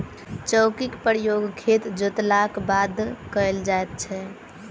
चौकीक प्रयोग खेत जोतलाक बाद कयल जाइत छै